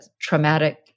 traumatic